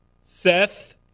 seth